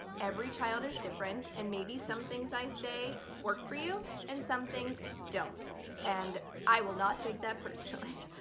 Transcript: every child is different. and maybe some things i say work for you and some things don't and i will not take that personally.